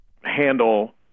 handle